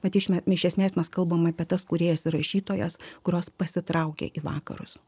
bet išme iš esmės mes kalbam apie tas kūrėjas ir rašytojas kurios pasitraukė į vakarus